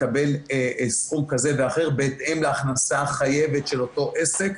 לקבל סכום כזה ואחר בהתאם להכנסה החייבת של אותו עסק.